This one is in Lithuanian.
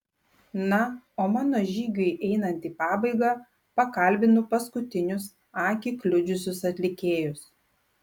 na o mano žygiui einant į pabaigą pakalbinu paskutinius akį kliudžiusius atlikėjus